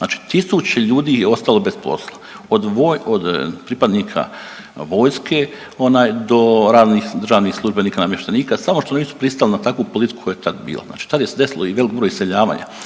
znači tisuće ljudi je ostalo bez posla od pripadnika vojske onaj do ravnih državnih službenika namještenika samo što nisu pristali na takvu politiku koja je tad bila. Znači tad se je desilo i velik broj iseljavanja